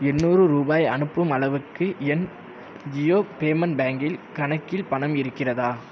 எண்ணூறு ரூபாய் அனுப்பும் அளவுக்கு என் ஜியோ பேமெண்ட் பேங்கில் கணக்கில் பணம் இருக்கிறதா